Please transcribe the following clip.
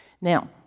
Now